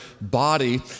body